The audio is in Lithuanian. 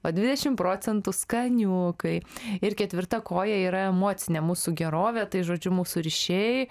o dvidešim procentų skaniukai ir ketvirta koja yra emocinė mūsų gerovė tai žodžiu mūsų ryšiai